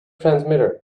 transmitter